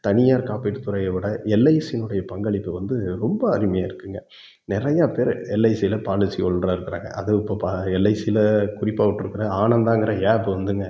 தனியார் காப்பீட்டு துறையை விட எல்ஐசியினுடைய பங்களிப்பு வந்து ரொம்ப அருமையாக இருக்குதுங்க நிறையா பேர் எல்ஐசியில் பாலிசி ஹோல்ட்ராக இருக்காங்க அதுவும் இப்போ எல்ஐசியில் குறிப்பாக விட்ருக்குற ஆனந்தாங்கிற ஏப் வந்துங்க